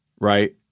right